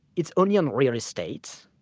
it's only on real estate,